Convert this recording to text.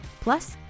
Plus